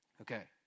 Okay